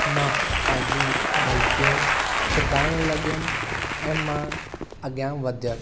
मां पंहिंजी गलतियूं सुधारणु लॻियुमि ऐं मां अॻियां वधियुमि